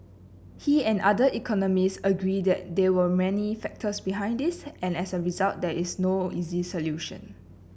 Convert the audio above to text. he and other economists agree they there were many factors behind this and as a result there is no easy solution